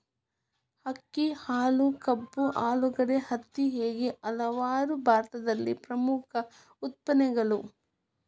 ಅಕ್ಕಿ, ಹಾಲು, ಕಬ್ಬು, ಆಲೂಗಡ್ಡೆ, ಹತ್ತಿ ಹೇಗೆ ಹಲವಾರು ಭಾರತದಲ್ಲಿ ಪ್ರಮುಖ ಉತ್ಪನ್ನಗಳು